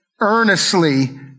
Earnestly